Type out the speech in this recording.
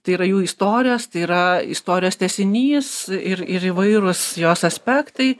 tai yra jų istorijos tai yra istorijos tęsinys ir ir įvairūs jos aspektai